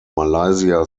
malaysia